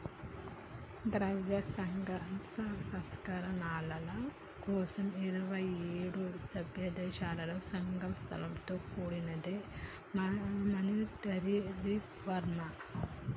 ద్రవ్య సంస్కరణల కోసం ఇరవై ఏడు సభ్యదేశాలలో, సభ్య సంస్థలతో కూడినదే మానిటరీ రిఫార్మ్